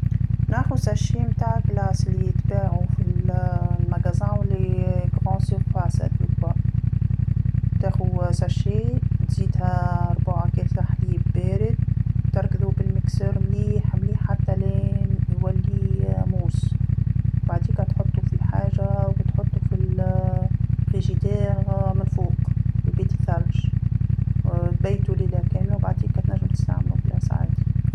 ناخذ كيس تاع مثلجات اللي يتباعو فال- متاجر والمساحات الكبرى هاذوكا، تاخذ كيس تزيدها ربع كاس حليب بارد، تركدو بالخلاط مليح مليح حتى لين يولي رغوة، بعديكا تحطو في حاجه وتحطو في الثلاجة من الفوق، في بيت الثلج، تبيتو ليله كامله بعديكا تنجم تستعملو مثلجات عادي.